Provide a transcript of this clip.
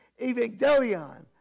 Evangelion